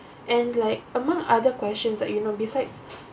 and like among other questions like you know besides